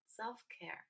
self-care